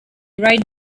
right